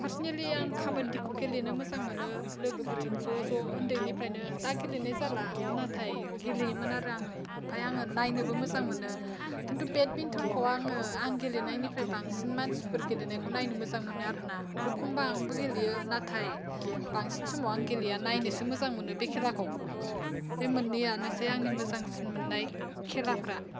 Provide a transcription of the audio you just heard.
पार्सनेलि आं खाबादिखौ गेलेनो मोजां मोनो लोगोफोरजों ज' ज' उन्दैनिफ्रायनो दा गेलेनाय जाला नाथाय गेलेयोमोन आरो आङो ओमफाय आङो नायनोबो मोजां मोनो खिनथु बेडमिन्टनखौ आङो आं गेलेनायनिफ्राय बांसिन मानसिफोर गेलेनायखौ नायनो मोजां मोनो आरो ना अखम्बा आंबो गेलेयो नाथाय बांसिन समाव आं गेलेया नायनोसो मोजां मोनो बे खेलाखौ बे मोननैयानोसै आंनि मोजांसिन मोननाय खेलाफ्रा